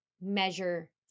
measure